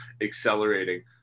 accelerating